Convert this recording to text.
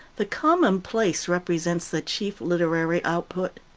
the commonplace represents the chief literary output.